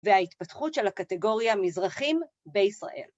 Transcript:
וההתפתחות של הקטגוריה מזרחים בישראל.